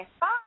Bye